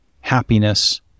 happiness